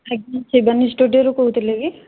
ଆଜ୍ଞା ଶିବାନୀ ଷ୍ଟୁଡିଓ ରୁ କହୁଥିଲେ କି